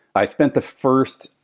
i spent the first,